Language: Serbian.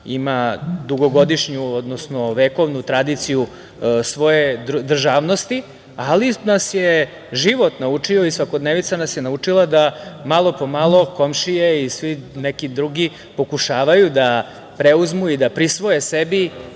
ima dugogodišnju, odnosno vekovnu tradiciju svoje državnosti. Ali nas je i život naučio i svakodnevnica nas je naučila da malo po malo komšije i svi neki drugi pokušavaju da preuzmu i da prisvoje sebi